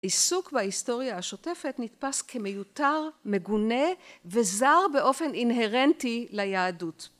עיסוק בהיסטוריה השוטפת נתפס כמיותר מגונה וזר באופן אינהרנטי ליהדות.